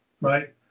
right